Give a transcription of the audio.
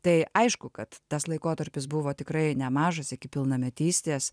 tai aišku kad tas laikotarpis buvo tikrai nemažas iki pilnametystės